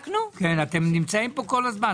אתם נמצאים פה כל הזמן.